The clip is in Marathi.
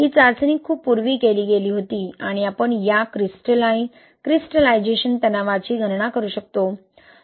ही चाचणी खूप पूर्वी केली गेली होती आणि आपण या क्रिस्टलायझेशन तणावाची गणना करू शकतो